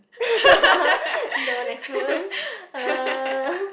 don't expose uh